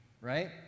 right